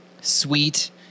sweet